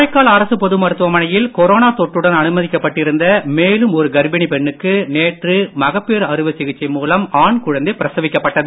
காரைக்கால் அரசு பொது மருத்துவமனையில் கொரோனா தொற்றுடன் அனுமதிப்பட்டு இருந்த மேலும் ஒரு கர்ப்பிணி பெண்ணுக்கு நேற்று மகப்பேறு அறுவை சிகிச்சை மூலம் ஆண் குழந்தை பிரசவிக்கப்பட்டது